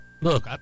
look